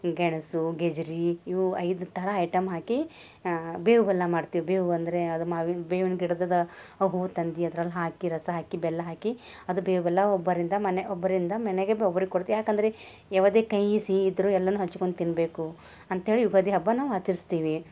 ಗೆಣಸು ಗಜ್ರಿ ಇವು ಐದು ಥರ ಐಟಮ್ ಹಾಕಿ ಬೇವು ಬೆಲ್ಲ ಮಾಡ್ತೀವಿ ಬೇವು ಅಂದರೆ ಅದು ಮಾವಿನ ಬೇವಿನ ಗಿಡದದು ಆ ಹೂ ತಂದು ಅದ್ರಲ್ಲಿ ಹಾಕಿ ರಸ ಹಾಕಿ ಬೆಲ್ಲ ಹಾಕಿ ಅದು ಬೇವು ಬೆಲ್ಲ ಒಬ್ಬರಿಂದ ಮನೆ ಒಬ್ಬರಿಂದ ಮನೆಗೆ ಬ ಒಬ್ರಿಗೆ ಕೊಡ್ತೀವಿ ಯಾಕಂದರೆ ಯಾವುದೇ ಕಹಿ ಸಿಹಿ ಇದ್ದರೂ ಎಲ್ಲನು ಹಂಚ್ಕೊಂಡ್ ತಿನ್ನಬೇಕು ಅಂತ್ಹೇಳಿ ಯುಗಾದಿ ಹಬ್ಬ ನಾವು ಆಚರಿಸ್ತೀವಿ